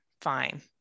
fine